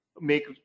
make